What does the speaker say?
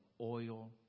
oil